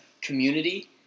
community